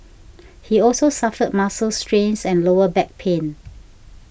he also suffered muscle strains and lower back pain